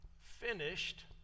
finished